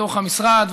בתוך המשרד,